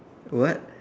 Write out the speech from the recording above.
what